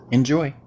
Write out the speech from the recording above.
Enjoy